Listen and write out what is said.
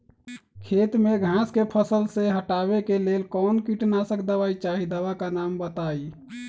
खेत में घास के फसल से हटावे के लेल कौन किटनाशक दवाई चाहि दवा का नाम बताआई?